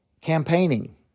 campaigning